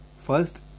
First